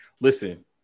Listen